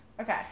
Okay